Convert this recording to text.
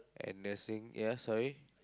and nursing ya sorry